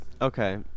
okay